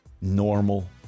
normal